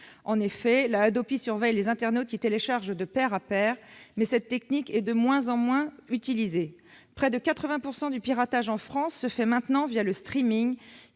En effet, la Hadopi surveille les internautes qui téléchargent « de pair à pair », mais cette technique est de moins en moins utilisée. Près de 80 % du piratage en France se fait maintenant le,